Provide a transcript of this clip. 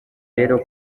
rero